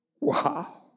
Wow